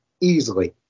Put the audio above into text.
Easily